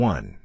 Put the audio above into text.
One